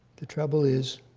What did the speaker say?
the trouble is